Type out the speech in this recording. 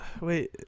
Wait